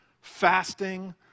fasting